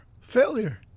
Failure